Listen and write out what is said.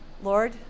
Lord